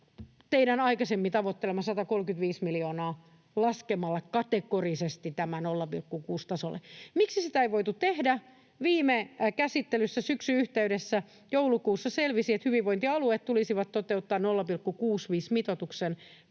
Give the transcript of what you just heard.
teidän aikaisemmin tavoittelema 135 miljoonaa laskemalla kategorisesti tämä 0,6 tasolle. Miksi sitä ei voitu tehdä? Viime käsittelyssä syksyn yhteydessä, joulukuussa, selvisi, että hyvinvointialueet tulisivat toteuttamaan 0,65-mitoituksen